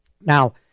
Now